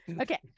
Okay